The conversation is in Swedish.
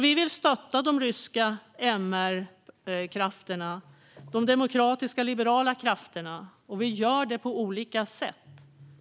Vi vill stötta de ryska MR-krafterna och de demokratiska liberala krafterna, och vi gör det på olika sätt.